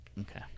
Okay